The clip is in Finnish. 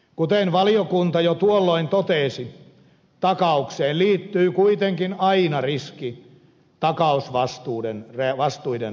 kuten valiokunta jo tuolloin totesi takaukseen liittyy kuitenkin aina riski takausvastuiden realisoitumisesta